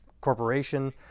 corporation